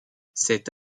cette